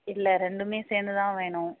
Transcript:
இல்லை ரெண்டுமே சேர்ந்து தான் வேணும்